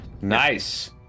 Nice